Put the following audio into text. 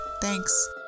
thanks